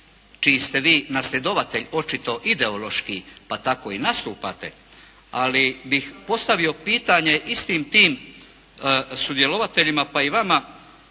čiji ste vi nasljedovatelj očito ideološki pa tako i nastupate. Ali bih postavio pitanje istim tim sudjelovateljima pa i vama,